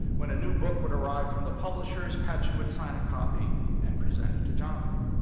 when a new book would arrive from the publishers, patchen would sign a copy and present it to jonathan.